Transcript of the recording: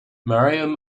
mariam